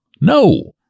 no